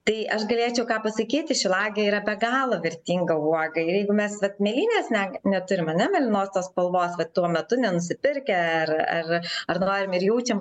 tai aš galėčiau ką pasakyti šilauogė yra be galo vertinga uoga jeigu mes vat mėlynės ne neturim mėlynos tos spalvos tuo metu nenusipirkę ar ar ar norim ir jaučiam